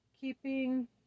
keeping